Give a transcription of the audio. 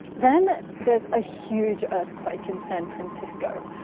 then there's a huge earthquake in san francisco.